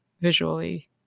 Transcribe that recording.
visually